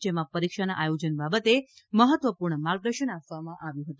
જેમાં પરીક્ષાના આયોજન બાબતે મહત્વપૂર્ણ માર્ગદર્શન આપવામાં આવ્યું હતું